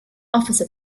officer